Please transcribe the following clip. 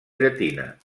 llatina